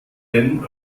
denn